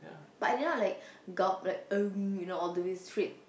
but I did not like gulp like you know all the way straight